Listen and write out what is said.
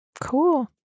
cool